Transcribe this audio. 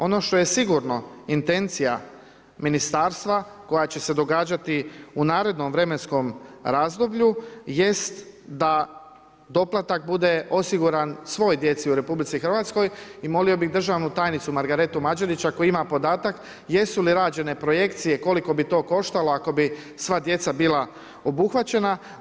Ono što je sigurno intencija ministarstva koja će se događati u narednom vremenskom razdoblju jest da doplatak bude osiguran svoj djeci u RH i molio bih državnu tajnicu Margaretu Mađerić ako ima podatak, jesu li rađene projekcije i koliko bi to koštalo ako bi sva djeca bila obuhvaćena.